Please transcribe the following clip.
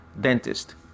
dentist